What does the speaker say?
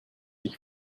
ich